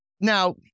Now